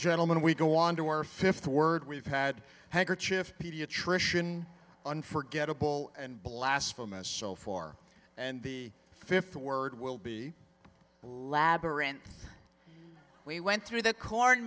gentlemen we go on to our fifth word we've had handkerchief pediatrician unforgettable and blasphemous show four and the fifth word will be a labyrinth we went through the corn